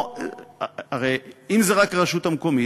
הרי אם זה רק הרשות המקומית,